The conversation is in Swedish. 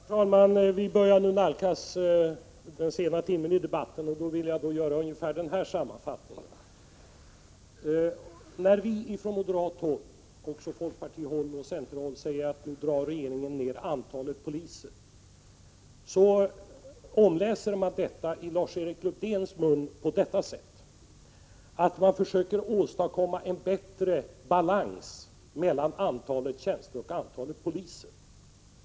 Herr talman! Vi börjar nu nalkas den sena timmen i debatten, och jag vill göra ungefär denna sammanfattning: När vi från moderaterna, folkpartiet och centern säger att regeringen drar ner antalet poliser, omläses detta i Lars-Erik Lövdéns mun till att man försöker åstadkomma bättre balans mellan antalet tjänster och antalet poliser.